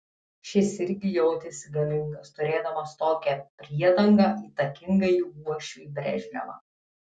šis irgi jautėsi galingas turėdamas tokią priedangą įtakingąjį uošvį brežnevą